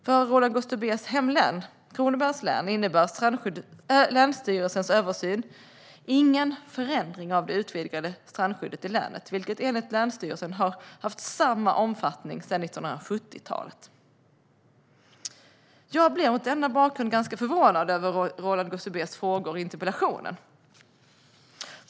För Roland Gustbées hemlän Kronobergs län innebar länsstyrelsens översyn ingen förändring av det utvidgade strandskyddet i länet, vilket enligt länsstyrelsen har haft samma omfattning sedan 1970-talet. Jag blir mot denna bakgrund ganska förvånad över Roland Gustbées frågor i interpellationen.